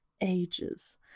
Ages